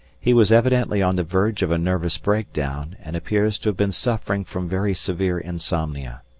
he was evidently on the verge of a nervous breakdown, and appears to have been suffering from very severe insomnia.